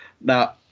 Now